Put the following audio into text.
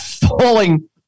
falling